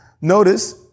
Notice